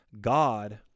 God